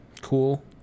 Cool